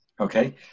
Okay